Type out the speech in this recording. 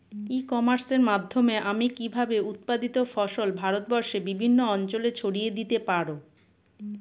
ই কমার্সের মাধ্যমে আমি কিভাবে উৎপাদিত ফসল ভারতবর্ষে বিভিন্ন অঞ্চলে ছড়িয়ে দিতে পারো?